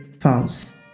false